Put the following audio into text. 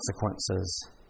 consequences